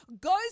goes